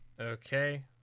Okay